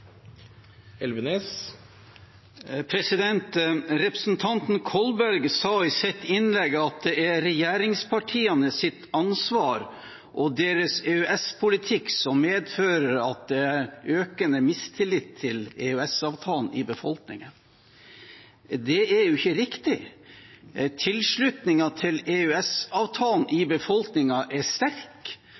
ansvar og deres EØS-politikk som medfører at det er økende mistillit til EØS-avtalen i befolkningen. Det er ikke riktig. Tilslutningen til EØS-avtalen i befolkningen er sterk.